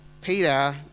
Peter